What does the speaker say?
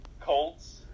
Colts